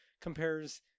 compares